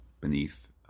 beneath